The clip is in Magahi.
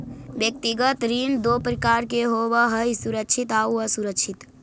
व्यक्तिगत ऋण दो प्रकार के होवऽ हइ सुरक्षित आउ असुरक्षित